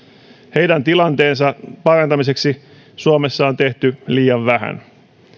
heidän tilanteensa parantamiseksi suomessa on tehty liian vähän